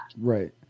Right